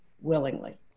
willingly